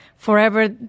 Forever